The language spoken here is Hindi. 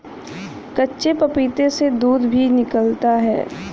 कच्चे पपीते से दूध भी निकलता है